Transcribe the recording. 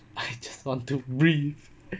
I just want to breathe